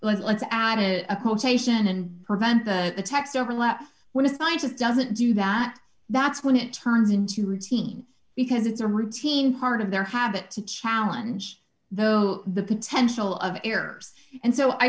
let's add to a quotation and prevent the text overlap when a scientist doesn't do that that's when it turns into routine because it's a routine part of their habit to challenge though the potential of errors and so i